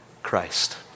Christ